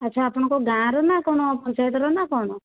ଆଛା ଆପଣଙ୍କର ଗାଁ'ର ନା କଣ ପଞ୍ଚାୟତର ନା କଣ